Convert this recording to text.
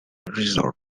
resort